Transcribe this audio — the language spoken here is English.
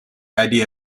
idea